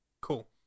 Cool